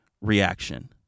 reaction